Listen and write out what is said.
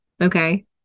Okay